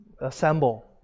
assemble